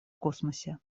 космосе